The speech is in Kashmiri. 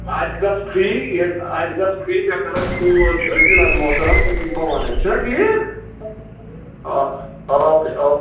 اَتہِ گژھ فِرٛی ییٚتہِ اَتہِ گژھ فِرٛی مےٚ کَرَکھ فون تہٕ جنابِ محترم بہٕ وَنٔے چھُ نا ٹھیٖک آ او کے او